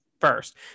first